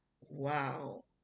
wow